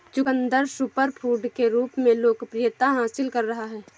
चुकंदर सुपरफूड के रूप में लोकप्रियता हासिल कर रहा है